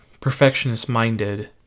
perfectionist-minded